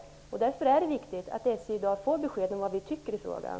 Det är därför viktigt att SJ i dag får besked om vad vi anser i frågan.